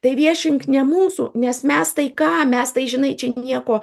tai viešink ne mūsų nes mes tai ką mes tai žinai čia nieko